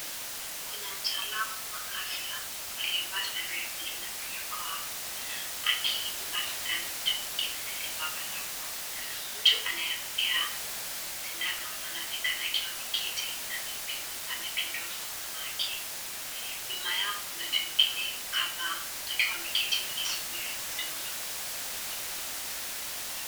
Kuna mtaalamu wa afya aliyevaa sare buluu na barakoa, akimpa sindano mtu mwingine aliyevaa barakoa. Mtu anayepokea sindano anaonekana akiwa ameketi na amepindua mkono wake. Nyuma yao kuna watu wengine hapa wakiwa wameketi wakisubiri huduma.